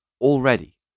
already